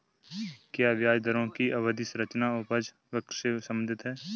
क्या ब्याज दरों की अवधि संरचना उपज वक्र से संबंधित है?